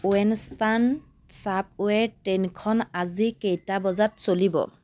western subway ট্ৰেইনখন আজি কেইটা বজাত চলিব